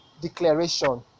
declaration